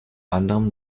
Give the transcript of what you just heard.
anderem